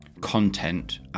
content